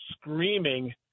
screaming